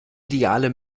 ideale